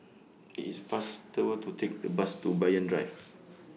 IT IS faster to Take The Bus to Banyan Drive